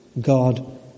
God